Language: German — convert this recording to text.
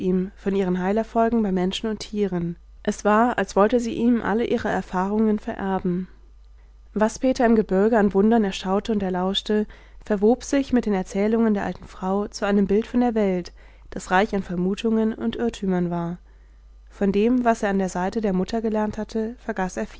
von ihren heilerfolgen bei menschen und tieren es war als wollte sie ihm alle ihre erfahrungen vererben was peter im gebirge an wundern erschaute und erlauschte verwob sich mit den erzählungen der alten frau zu einem bild von der welt das reich an vermutungen und irrtümern war von dem was er an der seite der mutter gelernt hatte